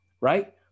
right